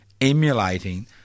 emulating